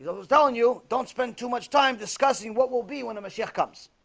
who's telling you don't spend too much time discussing what will be when the messiah ah comes?